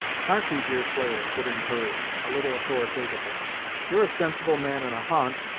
harkee, deerslayer, put in hurry, a little authoritatively you're a sensible man in a hunt,